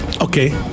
Okay